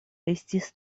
estis